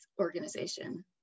organization